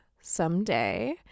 someday